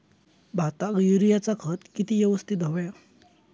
भाताक युरियाचा खत किती यवस्तित हव्या?